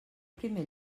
primer